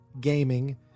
gaming